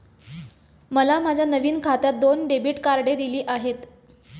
मला माझ्या नवीन खात्यात दोन डेबिट कार्डे दिली आहेत